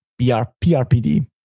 PRPD